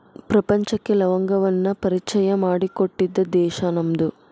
ಪ್ರಪಂಚಕ್ಕೆ ಲವಂಗವನ್ನಾ ಪರಿಚಯಾ ಮಾಡಿಕೊಟ್ಟಿದ್ದ ದೇಶಾ ನಮ್ದು